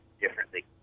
differently